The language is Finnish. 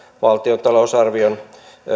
valtion talousarvion